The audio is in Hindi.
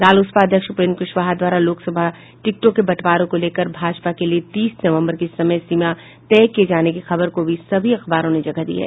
रालोसपा अध्यक्ष उपेंद्र कुशवाहा द्वारा लोकसभा टिकटों के बंटवारे को लेकर भाजपा के लिये तीस नवम्बर की समयसीमा तय किये जाने की खबर को भी सभी अखबारों ने जगह दी है